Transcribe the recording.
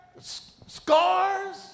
scars